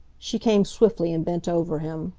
she came swiftly and bent over him